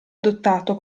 adottato